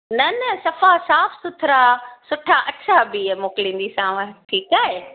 न न सफ़ा साफ़ सुथरा सुठा अच्छा बीह मोकिलिंदीसाव ठीकु आहे